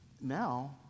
now